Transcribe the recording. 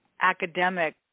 academic